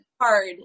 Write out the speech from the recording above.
Hard